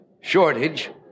shortage